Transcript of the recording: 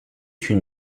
une